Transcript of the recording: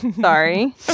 Sorry